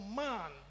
man